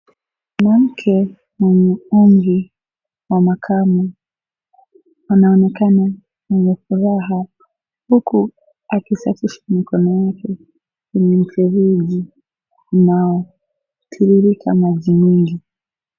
Mwanamke, mwenye umri wa makamo anaonekana mwenye furaha huku akisafisha mikono yake kwenye mfereji mnaotiririka maji mengi.